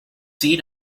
seat